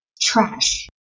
trash